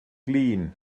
glin